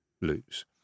lose